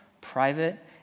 private